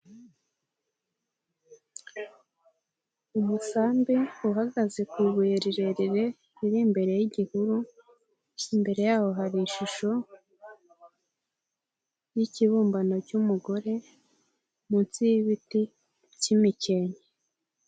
Umusambi uhagaze ku ibuye rirerire riri imbere y'igihuru, imbere yaho hari ishusho y'ikibumbano cy'umugore, munsi y'ibiti by'imikenke.